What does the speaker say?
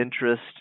interest